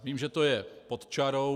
Vím, že to je pod čarou.